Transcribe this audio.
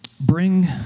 bring